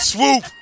Swoop